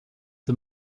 the